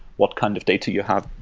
what kind of data you have,